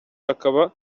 akaba